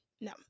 No